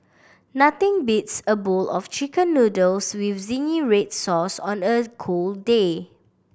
nothing beats a bowl of Chicken Noodles with zingy red sauce on a cold day